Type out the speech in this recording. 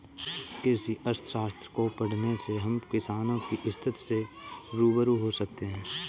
कृषि अर्थशास्त्र को पढ़ने से हम किसानों की स्थिति से रूबरू हो सकते हैं